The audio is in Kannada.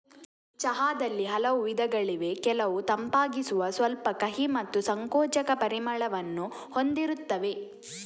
ಚಹಾದಲ್ಲಿ ಹಲವು ವಿಧಗಳಿವೆ ಕೆಲವು ತಂಪಾಗಿಸುವ, ಸ್ವಲ್ಪ ಕಹಿ ಮತ್ತು ಸಂಕೋಚಕ ಪರಿಮಳವನ್ನು ಹೊಂದಿರುತ್ತವೆ